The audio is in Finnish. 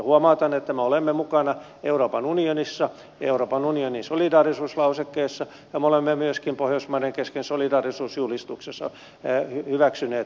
huomautan että me olemme mukana euroopan unionissa euroopan unionin solidaarisuuslausekkeessa ja me olemme myöskin pohjoismaiden kesken solidaarisuusjulistuksen hyväksyneet